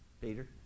Peter